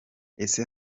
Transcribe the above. ese